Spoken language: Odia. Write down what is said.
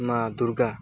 ମା ଦୂର୍ଗା